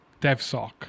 Devsock